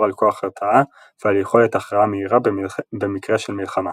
על כוח הרתעה ועל יכולת הכרעה מהירה במקרה של מלחמה.